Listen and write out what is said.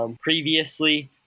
previously